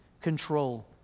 control